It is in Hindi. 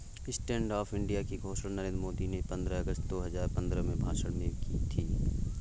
स्टैंड अप इंडिया की घोषणा नरेंद्र मोदी ने पंद्रह अगस्त दो हजार पंद्रह में भाषण में की थी